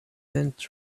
tent